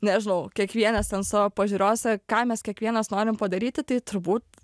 nežinau kiekvienas ten savo pažiūrose ką mes kiekvienas norim padaryti tai turbūt